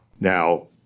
Now